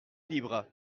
libre